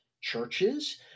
churches